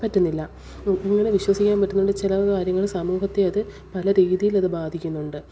പറ്റുന്നില്ല ഇങ്ങനെ വിശ്വസിക്കാൻ പറ്റുന്നുണ്ട് ചില കാര്യങ്ങൾ സമൂഹത്തെ അതു പല രീതിയിൽ അതു ബാധിക്കുന്നുണ്ട്